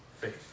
faith